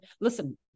listen